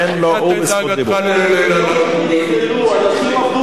תן לו, הוא ברשות דיבור.